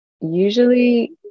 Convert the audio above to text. usually